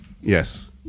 Yes